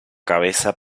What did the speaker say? cabeza